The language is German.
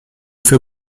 für